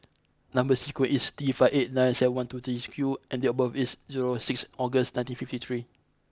number sequence is T five eight nine seven one two three Q and date of birth is sixth August nineteen fifty three